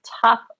top